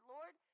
Lord